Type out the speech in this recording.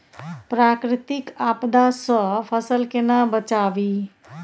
प्राकृतिक आपदा सं फसल केना बचावी?